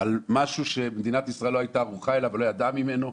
על משהו שמדינת ישראל לא הייתה ערוכה אליו ולא ידעה ממנו,